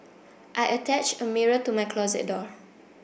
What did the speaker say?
I attached a mirror to my closet door